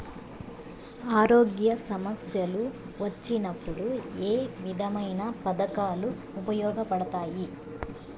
ఆరోగ్య సమస్యలు వచ్చినప్పుడు ఏ విధమైన పథకాలు ఉపయోగపడతాయి